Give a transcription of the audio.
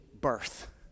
birth